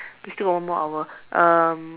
we still got one more hour um